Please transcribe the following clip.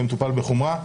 ומטופלת בחומרה,